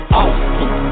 awesome